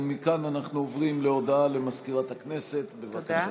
מכאן אנחנו עוברים להודעה למזכירת הכנסת, בבקשה.